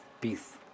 peace